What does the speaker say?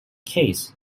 case